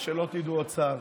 שלא תדעו עוד צער.